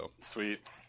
Sweet